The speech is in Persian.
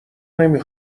نمی